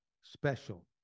special